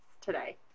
today